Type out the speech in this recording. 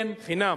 חינם,